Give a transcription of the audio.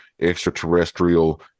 extraterrestrial